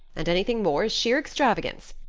and anything more is sheer extravagance.